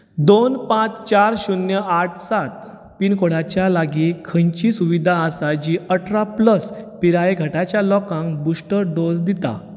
दोन पांच चार शून्य आठ सात पिनकोडाच्या लागीं खंयची सुविधा आसा जी अठरा प्लस पिराये गटाच्या लोकांक बुस्टर डोस दिता